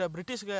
British